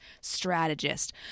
strategist